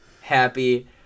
happy